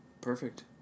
Perfect